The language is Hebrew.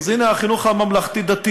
אז הנה החינוך הממלכתי-דתי,